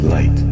Light